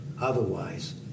otherwise